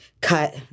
cut